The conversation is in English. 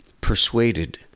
persuaded